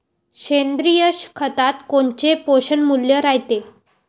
सेंद्रिय खतात कोनचे पोषनमूल्य रायते?